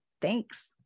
Thanks